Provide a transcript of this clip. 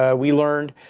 ah we learned,